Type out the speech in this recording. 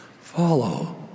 Follow